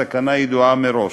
סכנה ידועה מראש.